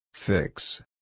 Fix